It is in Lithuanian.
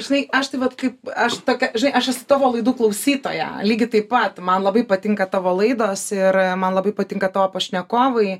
žinai aš tai vat kaip aš tokia žinai aš esu tavo laidų klausytoja lygiai taip pat man labai patinka tavo laidos ir man labai patinka tavo pašnekovai